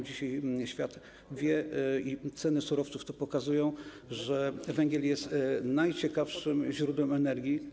Dzisiaj świat wie - ceny surowców to pokazują - że węgiel jest najtańszym i najciekawszym źródłem energii.